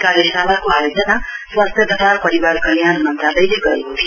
कार्यशालाको आयोजना स्वास्थ्य तथा परिवार कल्याण मन्त्रालयले गरेको थियो